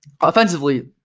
offensively